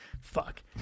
fuck